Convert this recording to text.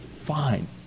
Fine